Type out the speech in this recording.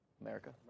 America